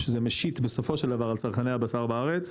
שזה משיט בסופו של דבר על צרכני הבשר בארץ,